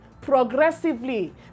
progressively